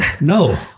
No